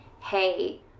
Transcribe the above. hey